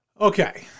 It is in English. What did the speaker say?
Okay